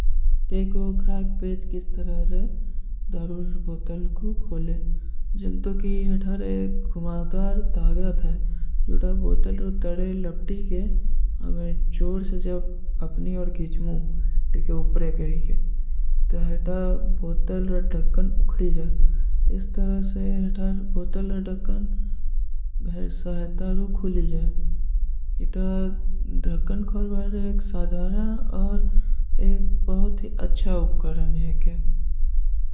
ଟେଗୋ କ୍ରାକ ପେଚ କିସ ତରହରେ ଦାରୂର ବୋତଲ କୋ ଖୋଲେ। ଜିନ୍ତୋ କି ହୈ ଥାର ଏକ ଗୁମାତାର ଦାଗା ଥା ହୈ। ଜୋଡା ବୋତଲ ରୋ ତଡେ ଲପ୍ଟୀ କେ, ହମେଂ ଚୋଡ ସେ ଜବ ଅପନୀ ଔର ଗିଚମୂଂ ଟେକେ ଉପ୍ରେ କରୀ କେ। ତଥା ହୈ ଥା ବୋତଲ ରୋ ଢଖକନ ଉଖଡୀ ଜାଏ। ଇସ ତରହ ସେ ଥା ବୋତଲ ରୋ ଢଖକନ ସହତା ରୋ ଖୁଲୀ ଜାଏ। ଇତା ଢଖକନ କୋରବାର ଏକ ସାଧାରା ଔର ଏକ ବହୁତ ହୀ ଅଚ୍ଛା ଉପକରଣ ହୈ କେ।